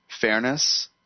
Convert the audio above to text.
fairness